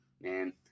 man